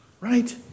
right